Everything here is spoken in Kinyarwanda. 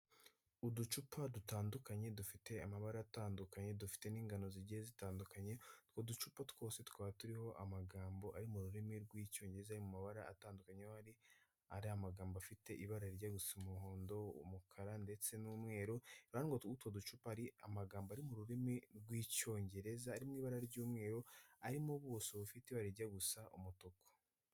Uducupa dutandukanye, dufite amabara atandukanye, dufite n'ingano zigiye zitandukanye. Uducupa twose tukaba turiho amagambo ari mu rurimi rw'Icyongereza ari mu mabara atandukanye, aho ahari ari amagambo afite ibara rirya gusa umuhondo, umukara ndetse n'umweru. Iruhande rw'utwo ducupa ari amagambo ari mu rurimi rw'Icyongereza, ari mu ibara ry'umweru arimo ubuso bufite irijya gusa umutuku.